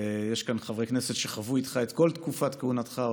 יש כאן חברי כנסת שחוו איתך את כל תקופת כהונתך,